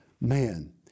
man